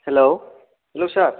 hello hello sir